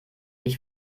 ich